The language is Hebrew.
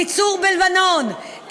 מצור בלבנון,